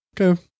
Okay